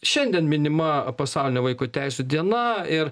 šiandien minima pasaulinė vaiko teisių diena ir